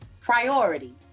priorities